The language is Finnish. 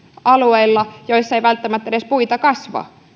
alueilla joilla ei välttämättä edes puita kasva